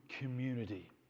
community